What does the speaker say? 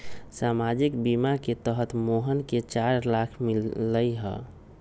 सामाजिक बीमा के तहत मोहन के चार लाख मिललई